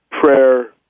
prayer